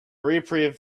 reprieve